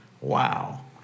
Wow